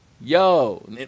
yo